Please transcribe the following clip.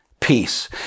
peace